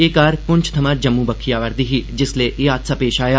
ए car Poonch थमां जम्मू बक्खी आवै'रदी ही जिस्सलै ए हादसा पेश आया